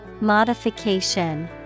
Modification